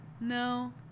No